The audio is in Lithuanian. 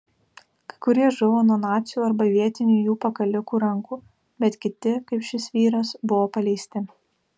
kai kurie žuvo nuo nacių arba vietinių jų pakalikų rankų bet kiti kaip šis vyras buvo paleisti